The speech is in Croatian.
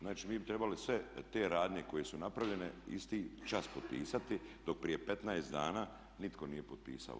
Znači mi bi trebali sve te radnje koje su napravljene isti čas potpisati dok prije 15 dana nitko nije potpisao.